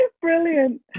Brilliant